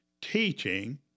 teaching